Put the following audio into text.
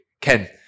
Ken